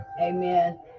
Amen